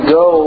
go